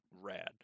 rad